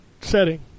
Setting